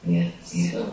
Yes